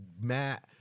Matt